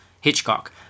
Hitchcock